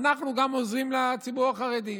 אנחנו עוזרים גם לציבור החרדי.